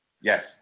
Yes